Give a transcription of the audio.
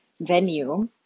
venue